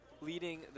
Leading